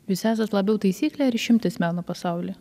jūs esat labiau taisyklė ar išimtis meno pasaulyje